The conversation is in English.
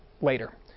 later